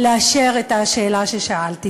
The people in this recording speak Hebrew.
לאשר את השאלה ששאלתי?